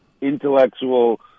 intellectual